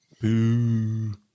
boo